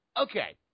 Okay